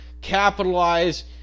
capitalize